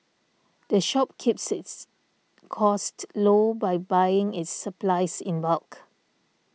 the shop keeps its costs low by buying its supplies in bulk